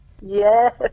Yes